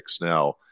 Now